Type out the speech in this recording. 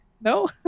no